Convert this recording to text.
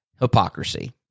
hypocrisy